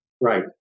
Right